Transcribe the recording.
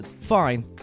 fine